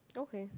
okay